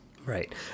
Right